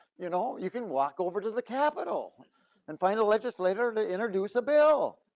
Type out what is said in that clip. you know you can walk over to the capitol and find a legislator to introduce a bill.